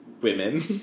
women